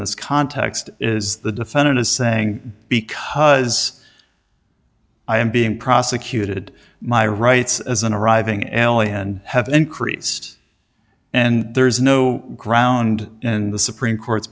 this context is the defendant is saying because i am being prosecuted my rights as an arriving ele and have increased and there is no ground in the supreme court